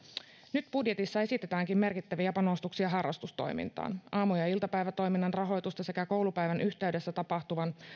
nyt budjetissa esitetäänkin merkittäviä panostuksia harrastustoimintaan aamu ja iltapäivätoiminnan rahoitusta sekä koulupäivän yhteydessä tapahtuvan